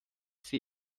sie